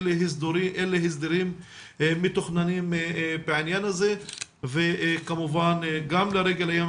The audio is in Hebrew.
אילו הסדרים מתוכננים בעניין הזה וכמובן גם לרגל היום